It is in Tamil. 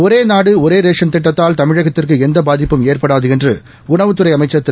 ஒரே நாடு ஒரே ரேஷன் திட்டத்தால் தமிழகத்திற்கு எந்த பாதிப்பும் ஏற்படாது என்று உணவுத் துறை அமைச்சர் திரு